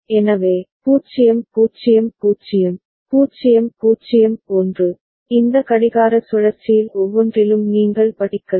எனவே 0 0 0 0 0 1 இந்த கடிகார சுழற்சியில் ஒவ்வொன்றிலும் நீங்கள் படிக்கலாம்